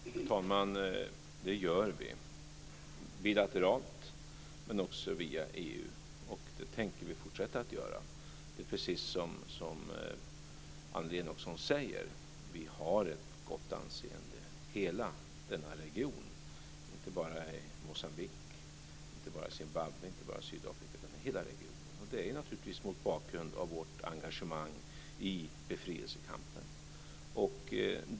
Fru talman! Det gör vi, bilateralt men också via EU. Och det tänker vi fortsätta att göra. Det är precis som Annelie Enochson säger, vi har ett gott anseende i hela denna region - inte bara i Moçambique, inte bara i Zimbabwe, inte bara i Sydafrika utan i hela regionen. Det är naturligtvis mot bakgrund av vårt engagemang i befrielsekampen.